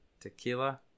tequila